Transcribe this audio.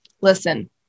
Listen